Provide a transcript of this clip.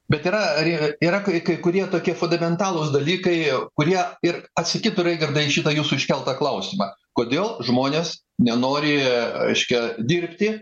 bet yra ar yra yra kai kai kurie tokie fundamentalūs dalykai kurie ir atsakytų raigardai į šitą jūsų iškeltą klausimą kodėl žmonės nenori reiškia dirbti